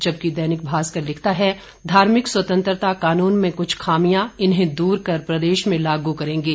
जबकि दैनिक भास्कर लिखता है धार्मिक स्वतंत्रता कानून में कुछ खामियां इन्हें दूर कर प्रदेश में लागू करेंगे